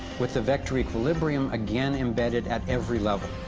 with the vector equilibrium again embedded at every level.